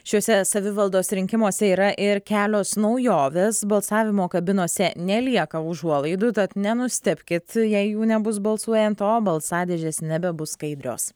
šiuose savivaldos rinkimuose yra ir kelios naujovės balsavimo kabinose nelieka užuolaidų tad nenustebkit jei jų nebus balsuojant o balsadėžės nebebus skaidrios